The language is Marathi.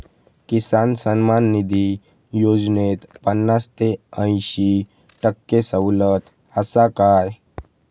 किसान सन्मान निधी योजनेत पन्नास ते अंयशी टक्के सवलत आसा काय?